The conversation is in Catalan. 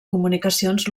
comunicacions